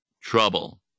trouble